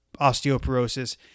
osteoporosis